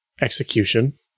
execution